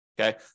okay